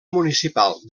municipal